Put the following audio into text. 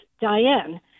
Diane